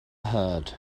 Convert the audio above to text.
heard